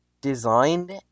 designed